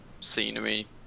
scenery